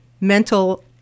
mental